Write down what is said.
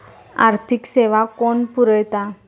आर्थिक सेवा कोण पुरयता?